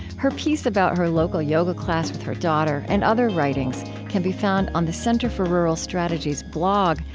her piece about her local yoga class with her daughter and other writings can be found on the center for rural strategies' blog,